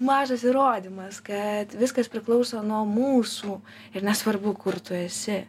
mažas įrodymas kad viskas priklauso nuo mūsų ir nesvarbu kur tu esi